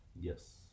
Yes